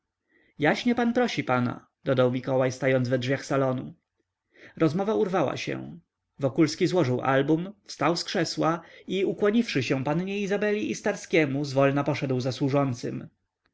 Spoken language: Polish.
jaśnie pan prosi pana rzeki mikołaj stając we drzwiach salonu rozmowa urwała się wokulski złożył album wstał z krzesła i ukłoniwszy się pannie izabeli i starskiemu zwolna poszedł za służącym